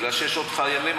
מפני שיש עוד חיילים,